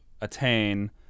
attain